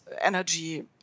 energy